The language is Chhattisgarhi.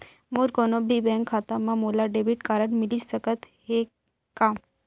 मोर कोनो भी बैंक खाता मा मोला डेबिट कारड मिलिस सकत हे का?